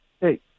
Hey